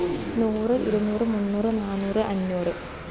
നൂറ് ഇരുന്നൂറ് മുന്നൂറ് നാന്നൂറ് അഞ്ഞൂറ്